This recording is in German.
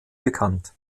bekannt